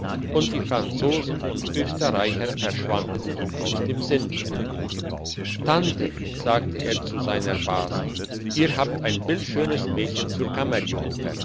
und die franzosen und österreicher verschwanden ihm aus den sinnen tante sagte er zu seiner base ihr habt ein bildschönes mädchen zur